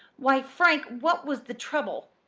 why, frank, what was the trouble?